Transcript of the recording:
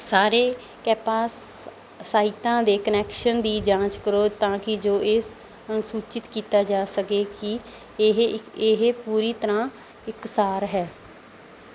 ਸਾਰੇ ਕੈਪਾਸਾਈਟਾਂ ਦੇ ਕਨੈਕਸ਼ਨ ਦੀ ਜਾਂਚ ਕਰੋ ਤਾਂ ਕਿ ਜੋ ਇਸ ਸੁਚਿਤ ਕੀਤਾ ਜਾ ਸਕੇ ਕਿ ਇਹ ਇੱਕ ਇਹ ਪੂਰੀ ਤਰ੍ਹਾਂ ਇਕਸਾਰ ਹੈ